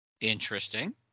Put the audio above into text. Interesting